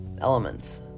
elements